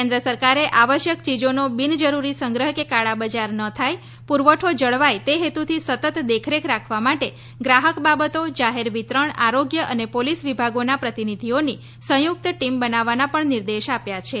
કેન્દ્ર સરકારે આવશ્યક ચીજોનો બિનજરૂરી સંગ્રહ કે કાળાબજાર ન થાય પુરવઠો જળવાય તે હેતુથી સતત દેખરેખ રાખવા માટે ગ્રાહક બાબતો જાહેર વિતરણ આરોગ્ય અને પોલીસ વિભાગોના પ્રતિનિધિઓની સંયુક્ત ટીમ બનાવવાના પણ નિર્દેશ આપ્યા છે